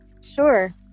Sure